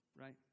right